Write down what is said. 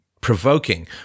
provoking